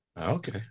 okay